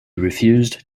refused